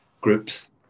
groups